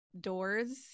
doors